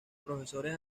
profesores